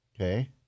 Okay